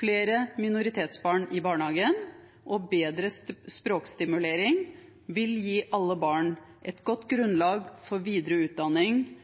flere minoritetsbarn i barnehage og bedre språkstimulering vil gi alle barn et godt grunnlag for videre utdanning.